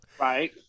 Right